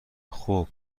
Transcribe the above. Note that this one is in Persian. خوب